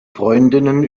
freundinnen